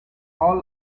all